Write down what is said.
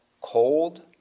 cold